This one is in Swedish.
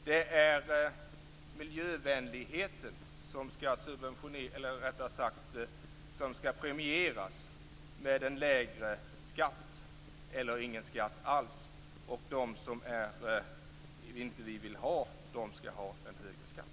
Det är miljövänligheten som skall premieras med en lägre skatt eller ingen skatt alls. De bränslen som vi inte vill ha skall ha en högre skatt.